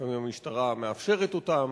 לפעמים המשטרה מאפשרת אותן.